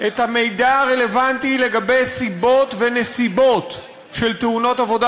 את המידע הרלוונטי לגבי סיבות ונסיבות של תאונות עבודה